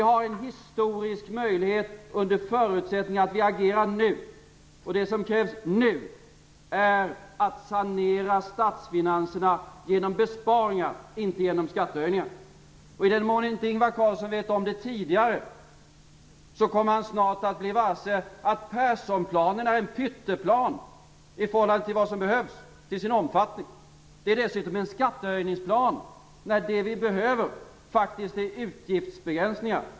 Vi har en historisk möjlighet under förutsättning att vi agerar nu. Det som krävs nu är att sanera statsfinanserna med hjälp av besparingar, inte med hjälp av skattehöjningar. I den mån Ingvar Carlsson inte har förstått det tidigare, kommer han snart bli varse att Perssonplanen till sin omfattning är en pytteplan i förhållande till vad som behövs. Den är dessutom en skattehöjningsplan. Det vi behöver är faktiskt utgiftsbegränsningar.